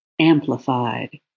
amplified